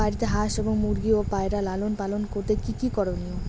বাড়িতে হাঁস এবং মুরগি ও পায়রা লালন পালন করতে কী কী করণীয়?